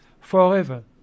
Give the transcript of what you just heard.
forever